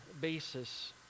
basis